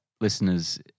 listeners